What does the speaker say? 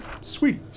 Sweet